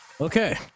Okay